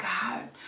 God